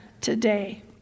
today